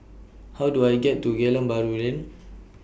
How Do I get to Geylang Bahru Lane